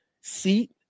seat